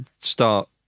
start